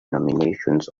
nominations